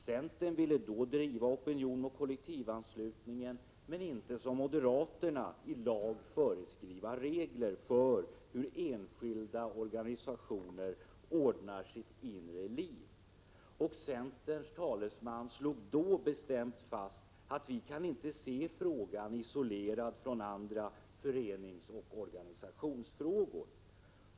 Centern ville då driva opinion mot kollektivanslutningen men inte som moderaterna i lag föreskriva regler för hur enskilda organisationer ordnar sitt inre liv. Centerns talesman slog då bestämt fast att centerpartiet inte kunde se frågan isolerad från andra föreningsoch organisationsfrågor.